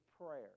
prayer